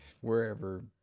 wherever